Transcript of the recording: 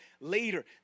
later